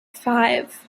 five